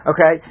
Okay